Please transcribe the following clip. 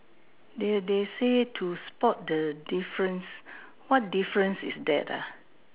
they they say to spot the difference what difference is that ah